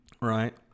right